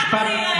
ככה זה יהיה.